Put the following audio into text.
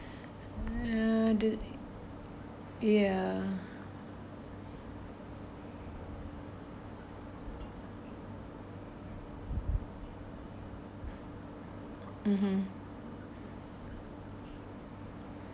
uh ya (uh huh)